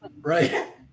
right